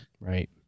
right